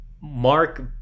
mark